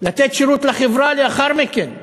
לתת שירות לחברה לאחר מכן.